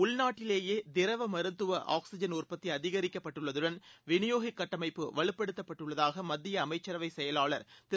உள்நாட்டிலேயே திரவ மருத்துவ ஆக்ஸிஜன் உற்பத்தி அதிகரிக்கப்பட்டுள்ளதுடன் விநியோக கட்டமைப்பு வலுப்படுத்தப்பட்டுள்ளதாக மத்திய அமைச்சரவைச் செயலாளர் திரு